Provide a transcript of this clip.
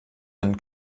denn